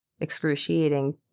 excruciating